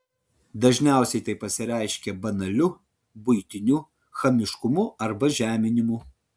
dažniausiai tai pasireiškia banaliu buitiniu chamiškumu arba žeminimu